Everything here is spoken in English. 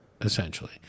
essentially